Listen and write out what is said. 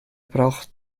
braucht